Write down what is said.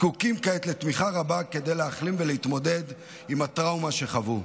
וזקוקים כעת לתמיכה רבה כדי להחלים ולהתמודד עם הטראומה שחוו.